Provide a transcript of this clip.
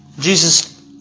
Jesus